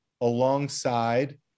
alongside